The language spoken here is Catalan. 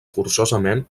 forçosament